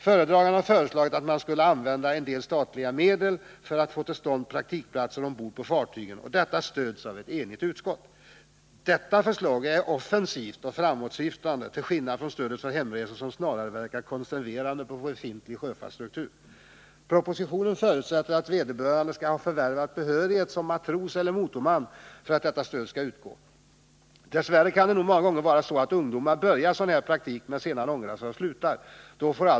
Föredraganden har föreslagit att man skulle använda en del statliga medel för att få till stånd praktikplatser ombord på fartygen, och detta stöds av ett enigt utskott. Detta förslag är offensivt och framåtsyftande till skillnad från förslaget om stödet för hemresor, som snarare verkar konserverande på befintlig sjöfartsstruktur. I propositionen förutsätter man att vederbörande skall ha förvärvat behörighet som matros eller motorman för att stödet skall utgå. Dess värre kan det nog många gånger vara så, att ungdomar påbörjar praktik av det här slaget men att de sedan ångrar sig och avbryter sin praktik.